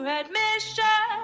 admission